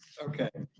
okay.